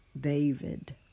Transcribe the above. David